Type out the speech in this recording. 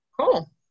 Cool